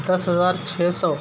دس ہزار چھ سو